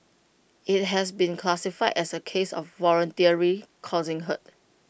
IT has been classified as A case of voluntarily causing hurt